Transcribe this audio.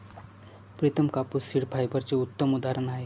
प्रितम कापूस सीड फायबरचे उत्तम उदाहरण आहे